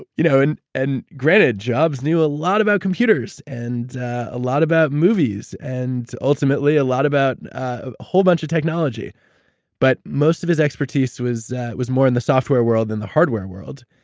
you know and and great that jobs knew a lot about computers and a lot about movies, and ultimately, a lot about ah whole bunch of technology but most of his expertise was was more in the software world than the hardware world.